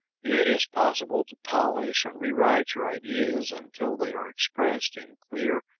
it is possible to polish and rewrite your ideas until they are expressed in clear,